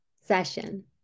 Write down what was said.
session